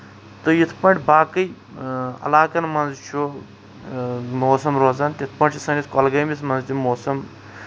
تہٕ یِتھ پٲٹھۍ باقی علاقَن منٛز چھُ موسَم روزان تِتھ پٲٹھۍ چھُ سٲنِس کۄلگٲمِس منٛز تہِ موسَم